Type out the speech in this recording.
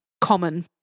common